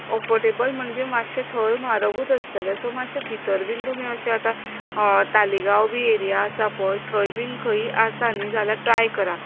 affordable म्हणल्यार मात्शे थंय म्हारगूच आसतले सो मात्शे भितर बीन तुमी अशे आतां तालीगांव बीन एरीया आसा पय थंय बीन खंयीय आसा नी जाल्यार ट्राय करा